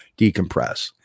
decompress